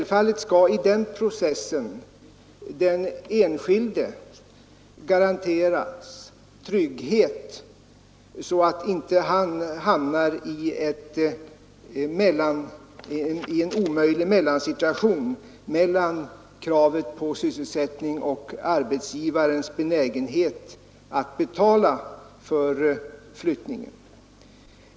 Självfallet skall i den processen den enskilde garanteras trygghet så att han inte hamnar i en omöjlig situation mellan kravet på sysselsättning och arbetsgivarens benägenhet att betala för flyttningen.